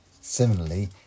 Similarly